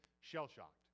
shell-shocked